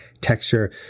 texture